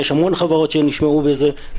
יש המון חברות שנשמעו בזה,